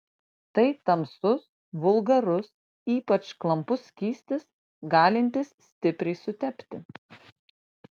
tai tamsus vulgarus ypač klampus skystis galintis stipriai sutepti